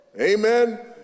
amen